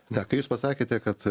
na kai jūs pasakėte kad